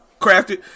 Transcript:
Crafted